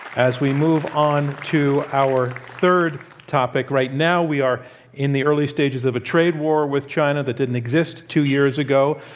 as we move on to our third topic. right now, we are in the early stages of a trade war with china that didn't exist two years ago.